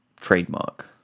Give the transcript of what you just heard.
trademark